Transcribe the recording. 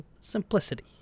simplicity